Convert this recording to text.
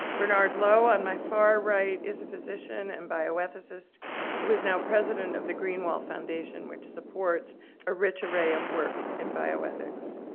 bernard lo on my far right is a physician and bioethicist who is now president of the greenwall foundation which supports a rich array of work in bioethics.